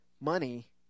money